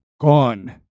gone